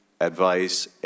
advice